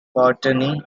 courtney